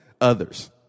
others